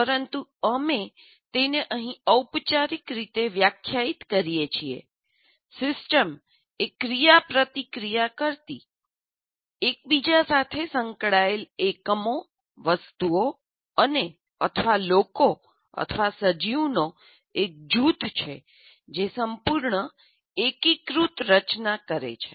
પરંતુ અમે તેને અહીં ઔપચારિક રીતે વ્યાખ્યાયિત કરીએ છીએ સિસ્ટમ એ ક્રિયાપ્રતિક્રિયા કરતી અથવા એકબીજા સાથે સંકળાયેલ એકમો વસ્તુઓ અને અથવા લોકો અથવા સજીવનો એક જૂથ છે જે સંપૂર્ણ એકીકૃત રચના કરે છે